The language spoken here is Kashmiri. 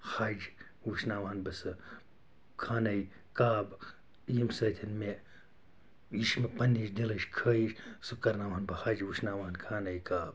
حج وُچھناوٕ ہان بہٕ سۄ خانہ کعبہٕ ییٚمہِ سۭتۍ مےٚ یہِ چھِ مےٚ پَننِچ دِلٕچ خوٛٲہش سۄ کَرناوٕ ہان بہٕ حج وُچھناوٕ ہان خانہ کعبہٕ